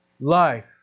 Life